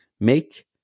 Make